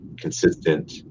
consistent